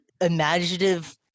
imaginative